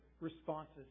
responses